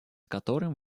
которым